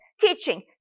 teaching